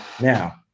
Now